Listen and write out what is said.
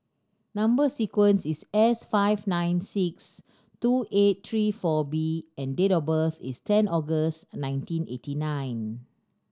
number sequence is S five nine six two eight three four B and date of birth is ten August nineteen eighty nine